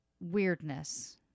weirdness